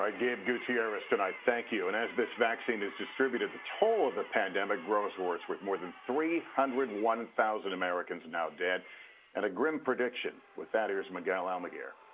ah gabe gutierrez tonight. thank you. and as this vaccine is distributed, the toll of the pandemic grows worse with more than three hundred and one thousand americans now dead and a grim prediction. with that here's miguel almaguer.